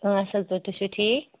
اۭں اصٕل پٲٹھۍ تُہۍ چھو ٹھیٖک